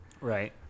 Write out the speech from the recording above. right